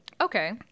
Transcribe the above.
Okay